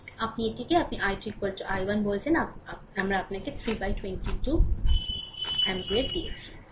সুতরাং আপনি এটিকেই আপনি i2 i1 বলছেন আমরা আপনাকে 322 অ্যাম্পিয়ার পেয়েছি